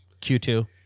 Q2